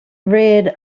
rid